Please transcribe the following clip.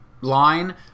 line